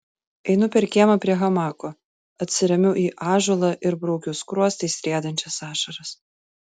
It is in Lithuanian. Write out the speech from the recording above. einu per kiemą prie hamako atsiremiu į ąžuolą ir braukiu skruostais riedančias ašaras